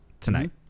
tonight